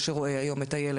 אנחנו באים בגישה חיובית,